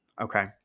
okay